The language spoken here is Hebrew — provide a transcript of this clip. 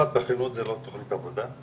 אחד בכנות זאת לא תוכנית עבודה,